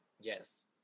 Yes